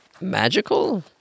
magical